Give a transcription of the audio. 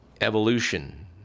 evolution